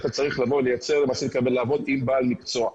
אתה צריך לעבוד עם בעל מקצוע.